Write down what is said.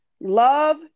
Love